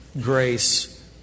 grace